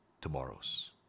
tomorrows